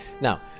Now